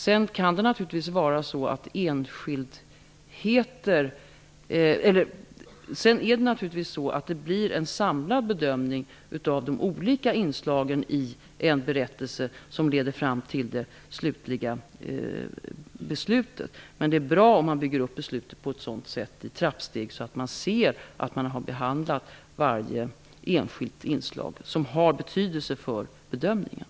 Sedan blir det naturligtvis en samlad bedömning av de olika inslagen i en berättelse som leder fram till det slutliga beslutet. Men det är bra om man bygger upp beslutet på ett sådant sätt -- i trappsteg -- så att man ser att man har behandlat varje enskilt inslag som har betydelse för bedömningen.